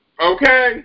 Okay